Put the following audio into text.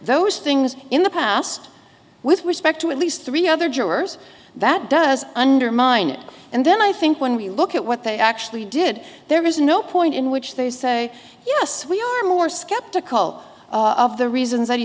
those things in the past with respect to at least three other jurors that does undermine it and then i think when we look at what they actually did there is no point in which they say yes we are more skeptical of the reasons